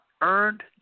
earned